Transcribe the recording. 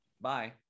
bye